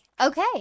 okay